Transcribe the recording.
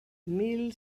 mil